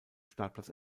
startplatz